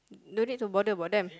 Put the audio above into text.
don't need to bother about them